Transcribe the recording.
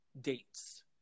dates